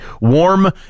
warm